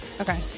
okay